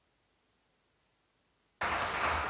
Hvala,